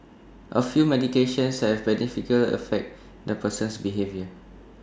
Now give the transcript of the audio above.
A few medications have some beneficial effects on the person's behaviour